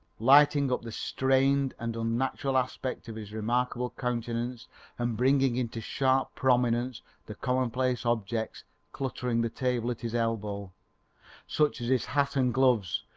lighting up the strained and unnatural aspect of his remarkable countenance and bringing into sharp prominence the commonplace objects cluttering the table at his elbow such as his hat and gloves,